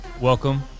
Welcome